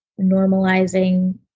normalizing